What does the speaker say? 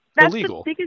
illegal